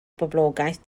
boblogaeth